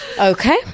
Okay